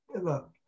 look